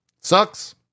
sucks